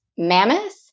mammoth